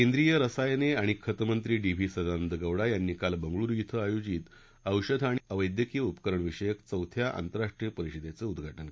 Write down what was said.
केंद्रीय रसायने आणि खत मंत्री डी व्ही सदानंद गौडा यांनी काल बंगळुरू इथं आयोजित औषध आणि वैद्यकीय उपकरणविषयक चौथ्या आंतरराष्ट्रीय परिषदेचं उद्घात्रि केलं